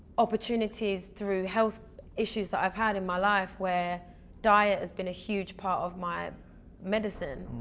opportunities through health issues that i've had in my life where diet has been a huge part of my medicine.